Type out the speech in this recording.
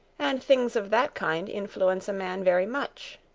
and things of that kind influence a man very much.